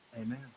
Amen